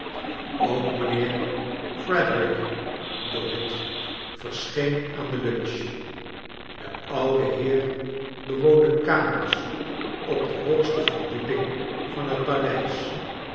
ook mijnheer frederik dorrit verscheen aan de lunch de oude heer bewoonde kamers op de hoogste verdieping van het paleis